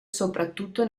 soprattutto